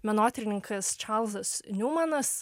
menotyrininkas čarlzas niumanas